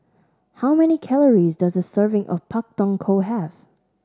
how many calories does a serving of Pak Thong Ko have